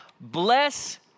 Bless